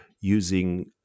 using